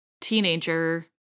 teenager